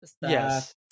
Yes